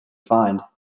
find